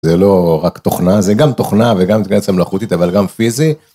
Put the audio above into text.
זה לא רק תוכנה, זה גם תוכנה וגם אינטגרציה מלאכותית, אבל גם פיזי.